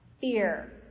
fear